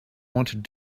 wanted